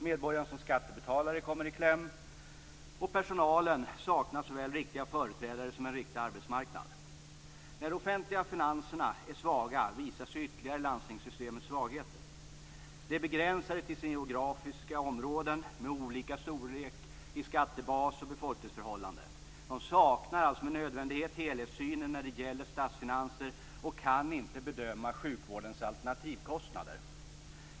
Medborgaren som skattebetalare kommer i kläm, och personalen saknar såväl riktiga företrädare som en riktig arbetsmarknad. När de offentliga finanserna är svaga visar sig landstingssystemets svagheter ytterligare. Landstingen är begränsade till geografiska områden med olika storlek på skattebas och befolkningsförhållanden. De saknar alltså den nödvändiga helhetssynen när det gäller statsfinanserna och kan inte bedöma sjukvårdens alternativkostnader.